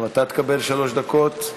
גם אתה תקבל שלוש דקות.